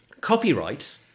Copyright